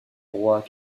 roi